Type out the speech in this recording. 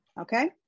Okay